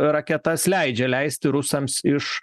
raketas leidžia leisti rusams iš